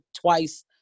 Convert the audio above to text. twice